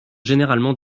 généralement